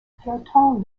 peloton